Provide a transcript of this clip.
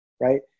right